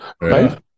right